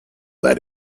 that